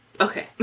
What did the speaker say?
okay